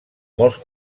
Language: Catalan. molts